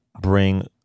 bring